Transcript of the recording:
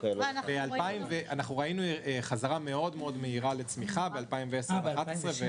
--- ראינו חזרה מהירה מאוד לצמיחה ב-2010 וב-2011.